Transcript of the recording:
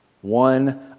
One